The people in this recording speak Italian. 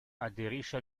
aderisce